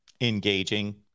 engaging